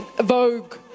vogue